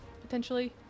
potentially